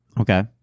okay